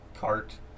cart